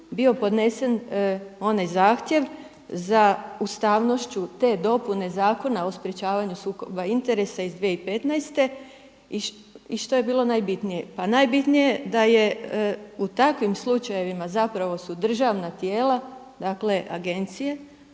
bio podnesen onaj zahtjev za ustavnošću te dopune zakona o sprečavanju sukoba interesa iz 2015. I što je bilo najbitnije? Pa najbitnije da je u takvim slučajevima su državna tijela, dakle agencije